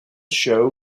show